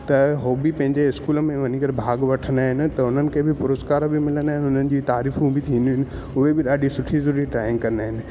त हो बि पंहिंजे स्कूल में वञी करे भाग वठंदा आहिनि त हुननि खे बि पुरस्कार बि मिलंदा आहिनि हुननि जी तारीफूं बि थींदियूं आहिनि उहे बि ॾाढी सुठी सुठी ड्राइंग कंदा आहिनि